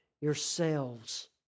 yourselves